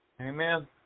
Amen